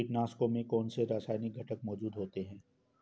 कीटनाशकों में कौनसे रासायनिक घटक मौजूद होते हैं?